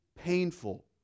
painful